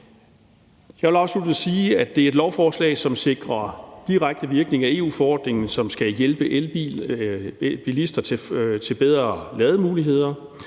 Jeg vil afsluttende sige, at det er et lovforslag, som sikrer direkte virkning af EU-forordningen, som skal hjælpe elbilister til bedre lademuligheder